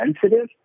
sensitive